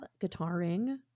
guitaring